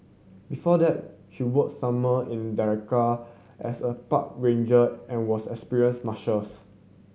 before that she worked summer in Denali as a park ranger and was an experienced mushers